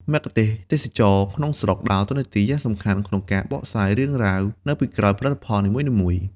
មគ្គទេសក៍ទេសចរណ៍ក្នុងស្រុកដើរតួនាទីយ៉ាងសំខាន់ក្នុងការបកស្រាយ រឿងរ៉ាវ នៅពីក្រោយផលិតផលនីមួយៗ។